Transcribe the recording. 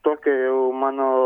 tokie jau mano